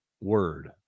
word